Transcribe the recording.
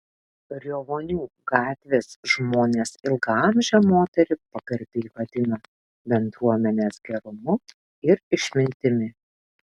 riovonių gatvės žmonės ilgaamžę moterį pagarbiai vadina bendruomenės gerumu ir išmintimi